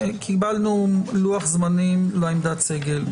קיבלנו לוח זמנים לעמדת סגל.